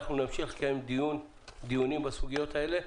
אנחנו נמשיך לקיים דיונים בסוגיות האלה.